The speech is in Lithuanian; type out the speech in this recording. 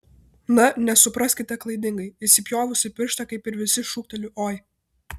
na nesupraskite klaidingai įsipjovusi pirštą kaip ir visi šūkteliu oi